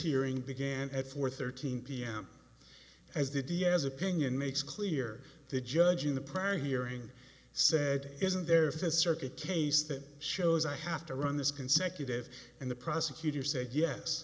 hearing began at four thirteen pm as the diaz opinion makes clear the judge in the prior hearing said isn't there's a circuit case that shows i have to run this consecutive and the prosecutor said yes